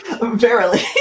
verily